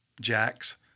Jack's